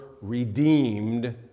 redeemed